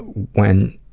when,